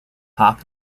hawk